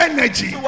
Energy